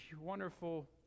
wonderful